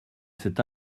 cet